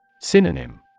Synonym